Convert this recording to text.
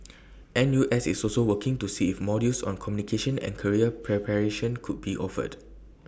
N U S is also working to see if modules on communication and career preparation could be offered